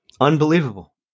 Unbelievable